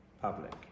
public